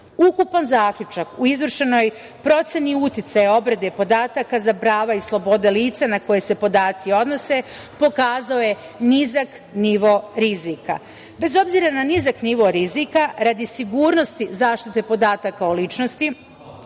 rizika. Ukupan zaključak u izvršenoj proceni uticaja obrade podataka za prava i slobode lica na koje se podaci odnose pokazao je nizak nivo rizika. Bez obzira na nizak nivo rizika radi sigurnosti zaštite podataka o ličnosti